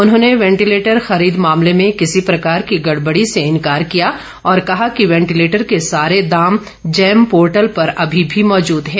उन्होंने वेंटिर्लटर खरीद मामले में किसी प्रकार की गड़बड़ी से इनकार किया और कहा कि वेंटिलेटर के सारे दाम जैम पोर्टल पर अभी भी मौजूद है